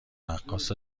رقاص